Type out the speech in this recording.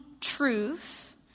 truth